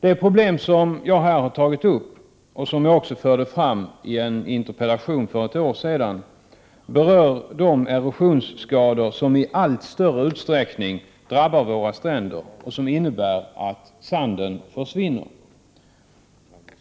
Det problem som jag här tagit upp, och som jag också förde fram i en interpellation för ett år sedan, berör de erosionsskador som i allt större utsträckning drabbar våra stränder, och som innebär att sanden försvinner.